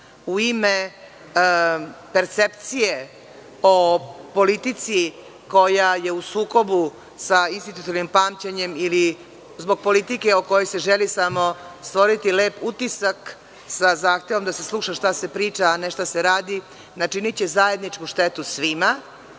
u ime percepcije o politici koja je u sukobu sa institucionalnim pamćenjem ili zbog politike o kojoj se želi samo stvoriti lep utisak, sa zahtevom da se sluša šta se priča, a ne šta se radi, načiniće zajedničku štetu svima,